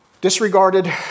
disregarded